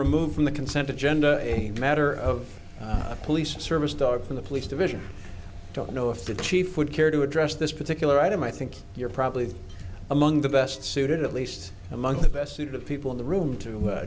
removed from the consent agenda a matter of a police service start from the police division don't know if the chief would care to address this particular item i think you're probably among the best suited at least among the best suited people in the room to a